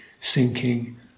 sinking